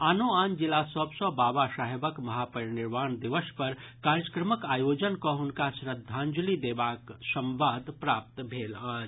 आनो आन जिला सभ सँ बाबा साहेबक महापरिनिर्वाण दिवस पर कार्यक्रमक आयोजन कऽ हुनका श्रद्धांजलि देबाक सम्वाद प्राप्त भेल अछि